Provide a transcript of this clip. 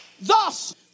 Thus